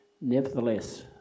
Nevertheless